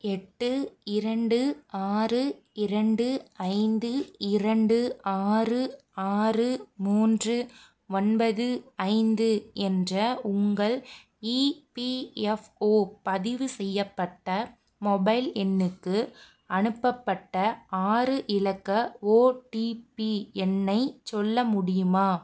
எட்டு இரண்டு ஆறு இரண்டு ஐந்து இரண்டு ஆறு ஆறு மூன்று ஒன்பது ஐந்து என்ற உங்கள் இபிஎஃப்ஓ பதிவு செய்யப்பட்ட மொபைல் எண்ணுக்கு அனுப்பப்பட்ட ஆறு இலக்க ஓடிபி எண்ணை சொல்ல முடியுமா